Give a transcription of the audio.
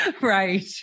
Right